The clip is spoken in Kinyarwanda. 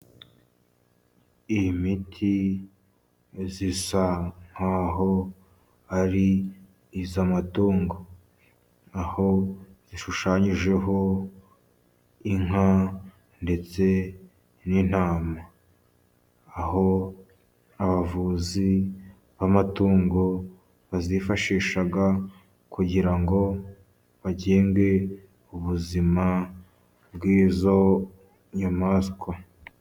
Imiti isa nkaho ari iy'amatungo aho ishushanyijeho inka ndetse n'intama, aho abavuzi b'amatungo bayifashisha kugira ngo bagenge ubuzima bw'izo nyamaswa.